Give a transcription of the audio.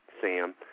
Sam